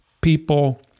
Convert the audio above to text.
people